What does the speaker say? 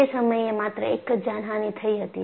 એ સમયે માત્ર એક જ જાનહાનિ થઈ હતી